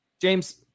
James